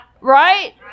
Right